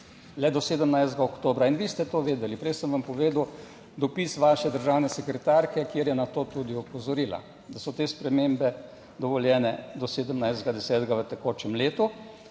le do 17. oktobra in vi ste to vedeli. Prej sem vam povedal, dopis vaše državne sekretarke, kjer je na to tudi opozorila, da so te spremembe dovoljene do 17. 10. v tekočem letu.